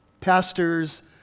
pastors